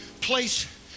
place